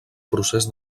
procés